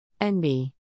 NB